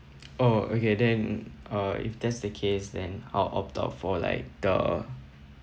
oh okay then uh if that's the case then I'll opt out for like the